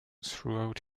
throughout